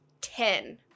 ten